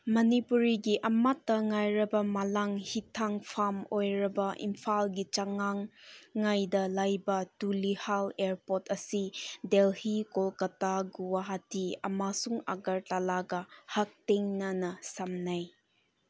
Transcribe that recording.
ꯃꯅꯤꯄꯨꯔꯤꯒꯤ ꯑꯃꯠꯇ ꯉꯥꯏꯔꯕ ꯃꯥꯂꯪ ꯍꯤ ꯊꯥꯡꯐꯝ ꯑꯣꯏꯔꯕ ꯏꯝꯐꯥꯜꯒꯤ ꯆꯉꯥꯡꯉꯩꯗ ꯂꯩꯕ ꯇꯨꯂꯤꯍꯜ ꯑꯦꯌꯥꯔꯄꯣꯔꯠ ꯑꯁꯤ ꯗꯦꯜꯂꯤ ꯀꯣꯜꯀꯥꯇꯥ ꯒꯨꯋꯥꯍꯥꯇꯤ ꯑꯃꯁꯨꯡ ꯑꯥꯒꯔꯇꯥꯂꯥꯒ ꯍꯛꯊꯦꯡꯅꯅ ꯁꯝꯅꯩ